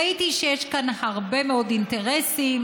ראיתי שיש כאן הרבה מאוד אינטרסים,